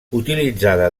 utilitzada